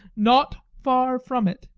not far from it,